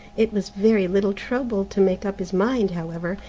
it was very little trouble to make up his mind, however,